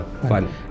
fun